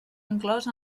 inclòs